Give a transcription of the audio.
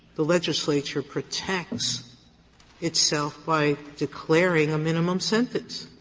the legislature protects itself by declaring a minimum sentence.